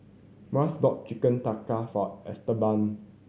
Myles bought Chicken Tikka for Esteban